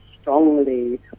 strongly